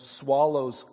swallows